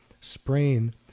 sprain